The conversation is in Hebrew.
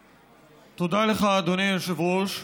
לך, אדוני היושב-ראש.